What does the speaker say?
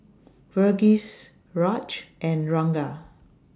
Verghese Raj and Ranga